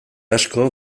asko